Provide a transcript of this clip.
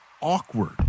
awkward